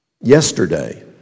Yesterday